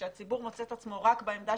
כאשר הציבור מוצא את עצמו רק בעמדה